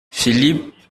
philippe